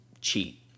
cheat